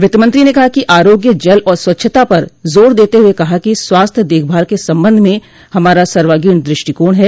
वित्त मंत्री ने कहा कि आरोग्य जल और स्वच्छता पर जोर देते हुए कहा कि स्वास्थ्य देखभाल के संबंध में हमारा सर्वांगीण दृष्टिकोण है